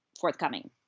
forthcoming